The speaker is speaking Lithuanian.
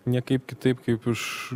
niekaip kitaip kaip iš